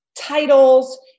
titles